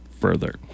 further